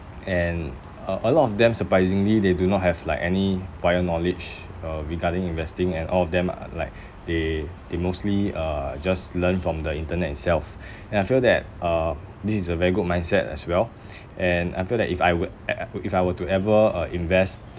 and a a lot of them surprisingly they do not have like any prior knowledge uh regarding investing and all of them are like they they mostly uh just learn from the internet itself and I feel that uh this is a very good mindset as well and I feel that if I were if I were to ever uh invest